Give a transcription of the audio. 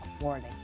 warning